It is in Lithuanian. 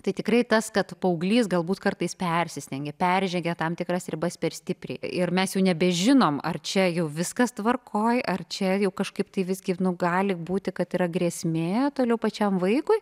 tai tikrai tas kad paauglys galbūt kartais persistengia peržengia tam tikras ribas per stipriai ir mes jau nebežinom ar čia jau viskas tvarkoje ar čia jau kažkaip tai visgi gali būti kad yra grėsmė toliau pačiam vaikui